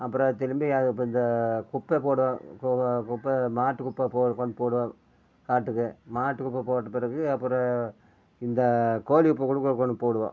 அப்புறம் திரும்பி அது இப்போ இந்த குப்பை போடுவ குப்ப மாட்டுக்குப்பை போட் கொண்டு போடுவேன் காட்டுக்கு மாட்டு குப்பை போட்ட பிறகு அப்புறம் இந்த கோழி குப்பை கூட போடுவோம்